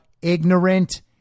ignorant